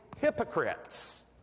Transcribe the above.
hypocrites